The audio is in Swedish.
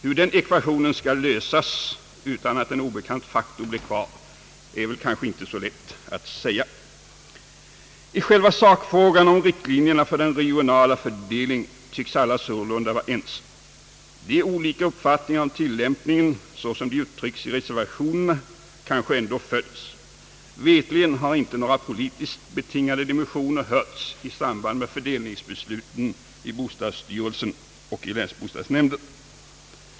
Hur den ekvationen skall lösas utan att en obekant faktor blir kvar är inte lätt att säga. I själva sakfrågan om riktlinjerna för den regionala fördelningen tycks alla sålunda vara ense. De olika uppfattningar om tillämpningen, såsom de uttryckts i reservationerna, kanske ändock följts. Veterligen har inte några politiskt betingade dimensioner hörts i samband med fördelningsbesluten i bostadsstyrelsen och i länsbostadsnämnderna.